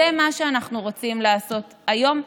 זה מה שאנחנו רוצים לעשות היום.